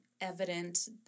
evident